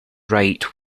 right